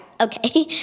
Okay